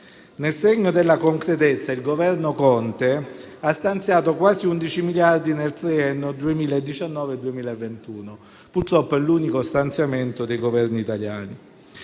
Nel segno della concretezza, il Governo Conte ha stanziato quasi 11 miliardi nel triennio 2019-2021, ma purtroppo è l'unico stanziamento dei Governi italiani.